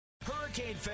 Hurricane